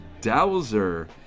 Dowser